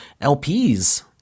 LPs